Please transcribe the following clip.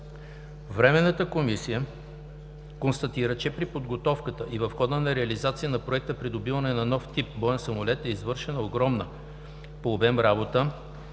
Временната комисия констатира, че при подготовката и в хода на реализацията на проект „Придобиване на нов тип боен самолет“ е извършена огромна по обем работа,